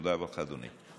תודה רבה לך, אדוני.